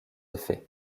effets